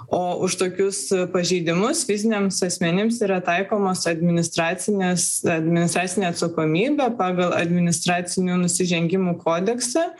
o už tokius pažeidimus fiziniams asmenims yra taikomos administracinės administracinė atsakomybė pagal administracinių nusižengimų kodeksą